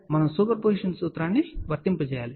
మనము superposition సూత్రాన్ని వర్తింపజేయాలి